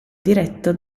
diretto